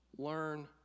Learn